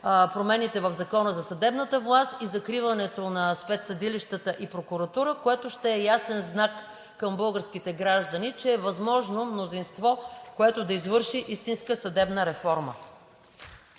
промените в Закона за съдебната власт и закриването на спецсъдилищата и прокуратура, което ще е ясен знак към българските граждани, че е възможно мнозинство, което да извърши истинска съдебна реформа.